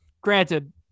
Granted